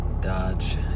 Dodge